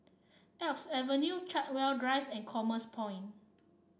Alps Avenue Chartwell Drive and Commerce Point